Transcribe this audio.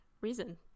reason